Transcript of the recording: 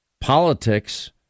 politics